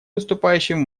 выступающим